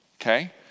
okay